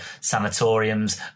sanatoriums